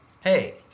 Hey